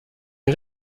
est